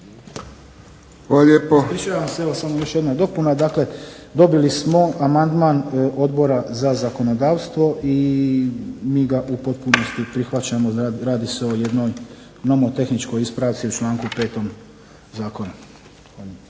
Ruđer** Ispričavam se evo samo još jedna dopuna. Dakle dobili smo amandman Odbora za zakonodavstvo i mi ga u potpunosti prihvaćamo, radi se o jednoj nomotehničkoj ispravci u članku 5. zakona.